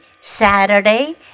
Saturday